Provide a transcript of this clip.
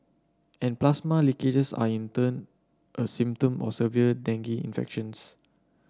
and plasma leakages are in turn a symptom of severe dengue infections